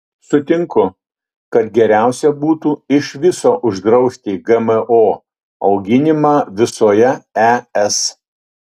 sutinku kad geriausia būtų iš viso uždrausti gmo auginimą visoje es